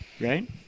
Right